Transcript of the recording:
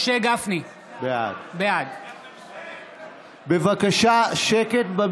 בעד סימון דוידסון, נגד אבי דיכטר, בעד